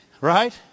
Right